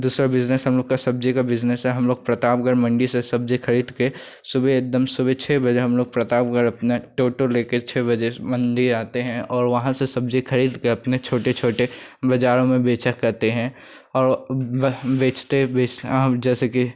दूसरा बिज़नेस हम लोग का सब्ज़ी का बिज़नेस है हम लोग प्रतापगढ़ मंडी से सब्ज़ी ख़रीदकर सुबह एकदम सुबह छः बजे एक दम हम लोग प्रतापगढ़ अपना टोटो लेकर छः बजे मंडी आते हैं और वहाँ से सब्ज़ी ख़रीदकर अपने छोटे छोटे बाज़ारों में बेचा करते हैं और बेचते बेच जैसे कि